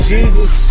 Jesus